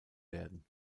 werden